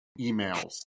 emails